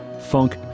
funk